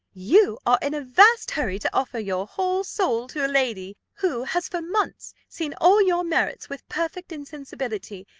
you are in a vast hurry to offer your whole soul to a lady, who has for months seen all your merits with perfect insensibility,